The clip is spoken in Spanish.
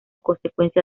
consecuencia